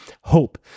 hope